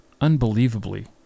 unbelievably